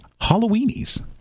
Halloweenies